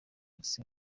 alex